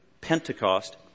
Pentecost